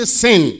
sin